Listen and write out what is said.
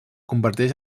converteix